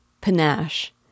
Panache